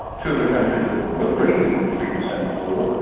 two of the countries that were breaking the three percent rule,